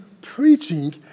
preaching